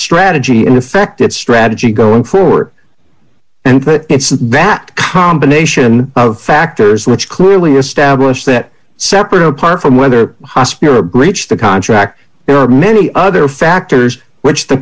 strategy an effective strategy going forward and it's that combination of factors which clearly establish that separate apart from whether hospital or breach the contract there are many other factors which the